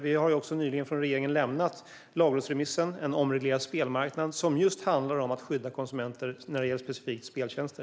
Vi har nyligen från regeringen lämnat lagrådsremissen En omreglerad spelmarknad , som handlar just om att skydda konsumenter när det gäller specifikt speltjänster.